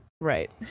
right